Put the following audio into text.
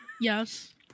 Yes